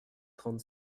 trente